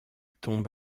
tombe